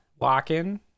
walking